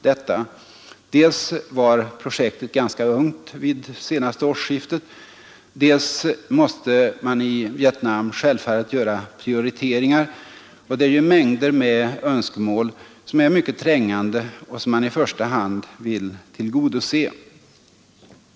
Dels var projektet ganska ungt vid senaste årsskiftet, dels måste man i Vietnam självfallet göra prioriteringar, och det är ju mängder med önskemål som är mycket trängande och som man i första hand vill tillgodose.